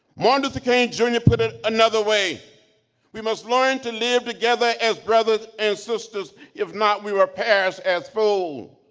martin luther king jr. put it another way we must learn to live together as brothers and sisters, if not we will perish as fools.